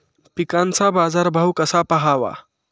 पिकांचा बाजार भाव कसा पहावा?